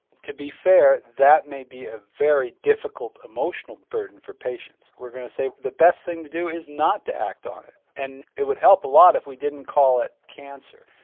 to be fair that may be a very difficult emotional burden for patients. we're going to say the best thing to do is not to act on it. and it would help a lot if we didn't call it cancer.